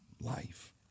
Life